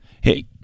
Hey